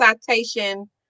citation